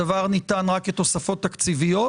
הדבר ניתן רק כתוספות תקציביות,